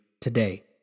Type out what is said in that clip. today